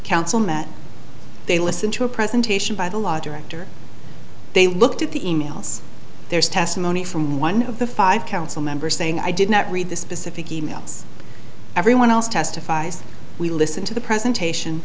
council met they listened to a presentation by the law director they looked at the e mails there's testimony from one of the five council members saying i did not read the specific e mails everyone else testifies we listen to the presentation